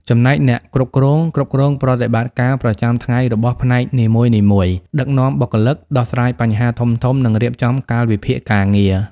ចំណែកអ្នកគ្រប់គ្រង គ្រប់គ្រងប្រតិបត្តិការប្រចាំថ្ងៃរបស់ផ្នែកនីមួយៗ ដឹកនាំបុគ្គលិក ដោះស្រាយបញ្ហាធំៗ និងរៀបចំកាលវិភាគការងារ។